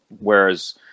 whereas